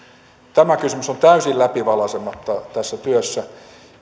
tämä kysymys on täysin läpivalaisematta tässä työssä